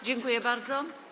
Dziękuję bardzo.